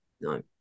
No